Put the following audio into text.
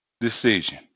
decision